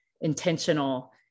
intentional